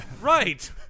Right